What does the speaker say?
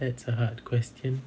that's a hard question